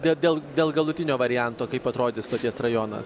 dėl dėl dėl galutinio varianto kaip atrodys stoties rajonas